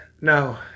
no